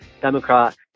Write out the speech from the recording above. Democrat